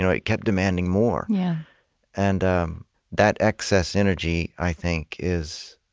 you know it kept demanding more yeah and um that excess energy, i think, is